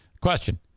Question